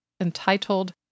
entitled